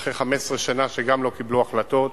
שאחרי 15 שנה שגם לא קיבלו החלטות,